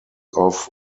off